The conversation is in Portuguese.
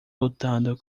lutando